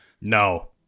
No